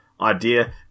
idea